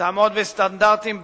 תעמוד בסטנדרטים ברורים,